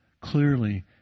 clearly